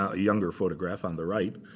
ah younger photograph on the right.